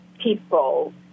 people